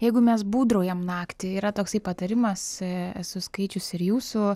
jeigu mes būdraujam naktį yra toksai patarimas esu skaičiusi ir jūsų